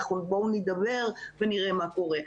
בואו נידבר ונראה מה קורה.